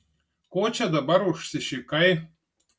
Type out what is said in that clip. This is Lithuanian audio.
ko čia dabar užsišikai